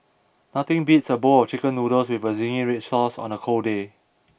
nothing beats a bowl of chicken noodles with zingy red sauce on a cold day